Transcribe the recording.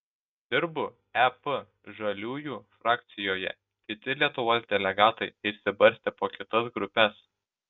dirbu ep žaliųjų frakcijoje kiti lietuvos delegatai išsibarstę po kitas grupes